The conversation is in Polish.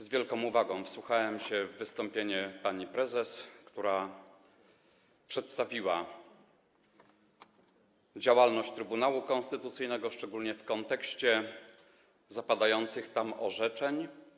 Z wielką uwagą wsłuchiwałem się w wystąpienie pani prezes, która przedstawiła działalność Trybunału Konstytucyjnego, szczególnie w kontekście zapadających tam orzeczeń.